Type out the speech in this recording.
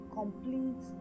complete